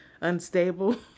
unstable